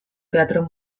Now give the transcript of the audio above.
teatro